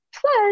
Plus